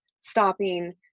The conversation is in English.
stopping